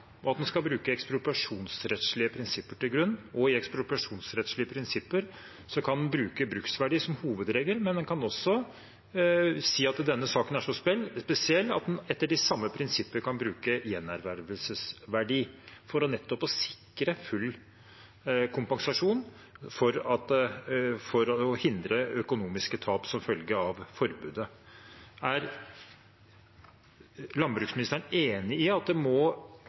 og at en skal legge ekspropriasjonsrettslige prinsipper til grunn. I ekspropriasjonsrettslige prinsipper kan en bruke bruksverdi som hovedregel, men en kan også si at denne saken er så spesiell at en etter de samme prinsipper kan bruke gjenervervelsesverdi for nettopp å sikre full kompensasjon, for å hindre økonomiske tap som følge av forbudet. Er landbruksministeren enig i at det må